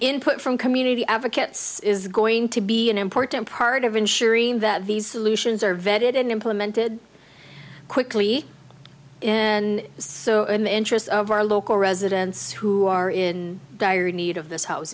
input from community advocates is going to be an important part of ensuring that these solutions are vetted and implemented quickly and so in the interest of our local residents who are in dire need of this house